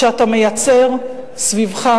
שאתה מייצר סביבך?